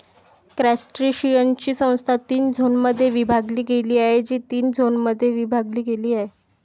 क्रस्टेशियन्सची संस्था तीन झोनमध्ये विभागली गेली आहे, जी तीन झोनमध्ये विभागली गेली आहे